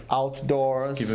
outdoors